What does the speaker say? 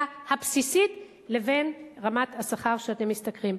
הבסיסית לבין רמת השכר שאתם משתכרים.